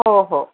हो हो